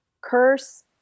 curse